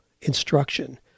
instruction